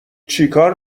چیکار